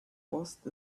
post